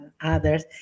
others